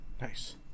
nice